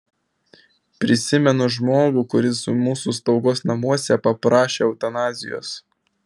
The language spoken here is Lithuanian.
prisimenu žmogų kuris mūsų slaugos namuose paprašė eutanazijos